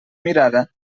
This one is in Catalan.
mirada